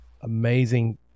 amazing